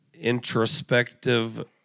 introspective